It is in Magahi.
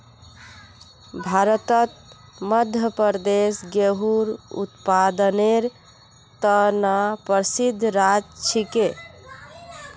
भारतत मध्य प्रदेश गेहूंर उत्पादनेर त न प्रसिद्ध राज्य छिके